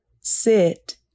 sit